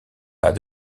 pas